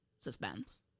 suspense